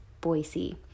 Boise